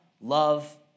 love